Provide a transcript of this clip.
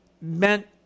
meant